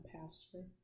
pastor